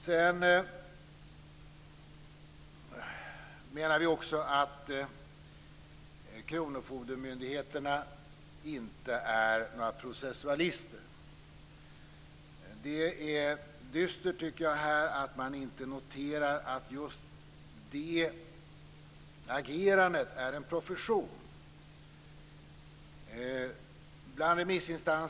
Vi menar också att kronofogdemyndigheterna inte är några processualister. Det är dystert att man inte noterar att just detta agerande är en profession.